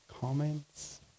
Comments